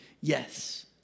yes